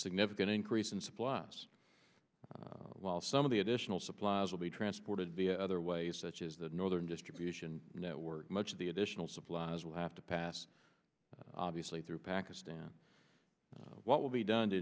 significant increase in supplies while some of the additional supplies will be transported via other ways such as the northern distribution network much of the additional supplies will have to pass through pakistan what will be done to